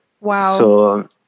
Wow